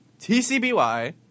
TCBY